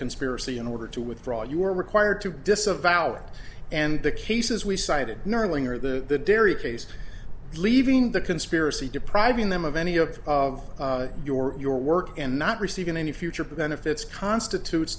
conspiracy in order to withdraw you are required to disavow it and the cases we cited knurling or the dairy case leaving the conspiracy depriving them of any of of your your work and not receiving any future benefits constitutes